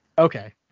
okay